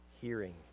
hearing